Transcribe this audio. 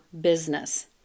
business